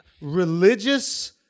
religious